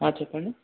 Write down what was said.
చెప్పండి